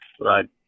right